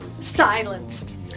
silenced